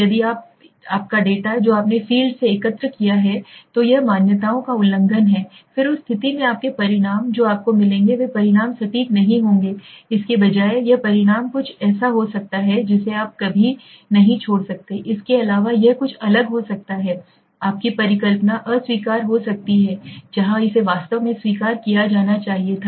यदि आप यदि आपका डेटा जो आपने फ़ील्ड से एकत्र किया है तो यह मान्यताओं का उल्लंघन है फिर उस स्थिति में आपके परिणाम जो आपको मिलेंगे वे परिणाम सटीक नहीं होंगे इसके बजाय यह परिणाम कुछ ऐसा हो सकता है जिसे आप कभी नहीं छोड़ सकते इसके अलावा यह कुछ गलत हो सकता है आपकी परिकल्पना अस्वीकार हो सकती है जहां इसे वास्तव में स्वीकार किया जाना चाहिए था